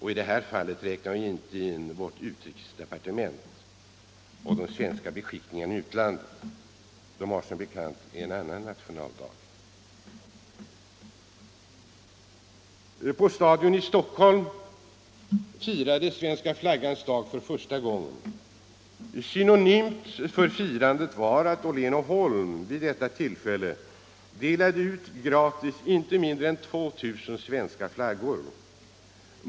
I det här fallet räknar vi inte in vårt utrikesdepartement och de svenska beskickningarna i utlandet. De har som bekant en annan nationaldag. På Stadion i Stockholm firades svenska flaggans dag för första gången. Symboliskt för firandet var att Åhlén & Holm vid detta tillfälle delade ut gratis inte mindre än 2 000 svenska flaggor.